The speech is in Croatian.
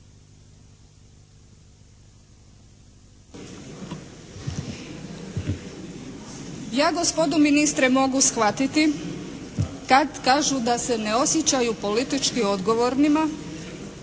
Ja gospodu ministre mogu shvatiti kada kažu da se ne osjećaju politički odgovornima,